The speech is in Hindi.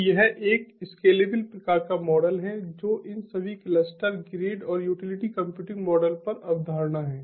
तो यह एक स्केलेबल प्रकार का मॉडल है जो इन सभी क्लस्टर ग्रिड और यूटिलिटी कंप्यूटिंग मॉडल पर अवधारणा है